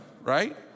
right